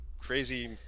crazy